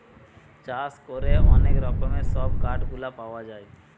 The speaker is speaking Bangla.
চাষ করে অনেক রকমের সব কাঠ গুলা পাওয়া যায়